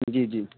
جی جی